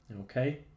okay